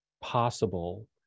possible